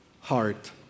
heart